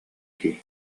дии